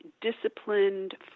disciplined